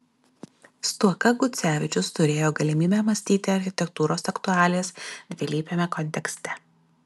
stuoka gucevičius turėjo galimybę mąstyti architektūros aktualijas dvilypiame kontekste